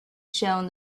shown